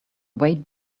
weighted